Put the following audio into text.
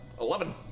Eleven